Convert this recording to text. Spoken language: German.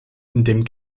indem